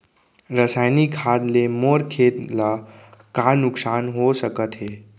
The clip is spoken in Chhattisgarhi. रसायनिक खाद ले मोर खेत ला का नुकसान हो सकत हे?